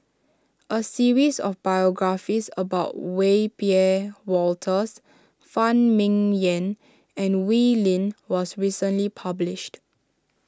a series of biographies about Wiebe Wolters Phan Ming Yen and Wee Lin was recently published